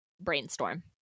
brainstorm